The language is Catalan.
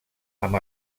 amb